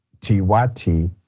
TYT